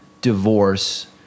divorce